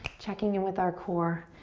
checking in with our core?